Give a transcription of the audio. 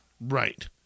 Right